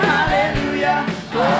Hallelujah